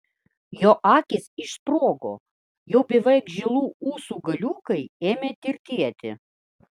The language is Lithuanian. jo akys išsprogo jau beveik žilų ūsų galiukai ėmė tirtėti